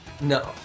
No